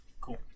Cool